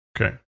Okay